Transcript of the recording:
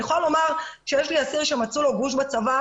אני יכולה לומר שיש לי אסיר שלפני שנה מצאו לו גוש בצוואר.